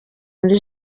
muri